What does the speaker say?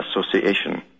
association